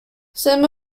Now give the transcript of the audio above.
some